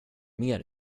mer